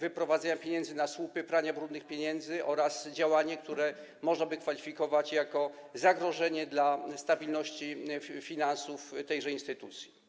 wyprowadzenia pieniędzy na słupy, prania brudnych pieniędzy oraz na działanie, które można by kwalifikować jako zagrożenie dla stabilności finansów tejże instytucji.